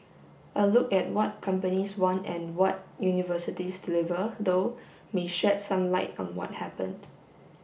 a look at what companies want and what universities deliver though may shed some light on what happened